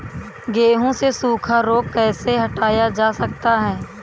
गेहूँ से सूखा रोग कैसे हटाया जा सकता है?